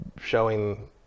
showing